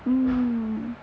mmhmm